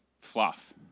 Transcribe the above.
fluff